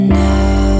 now